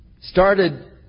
started